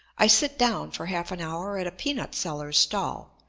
i sit down for half an hour at a peanut-seller's stall,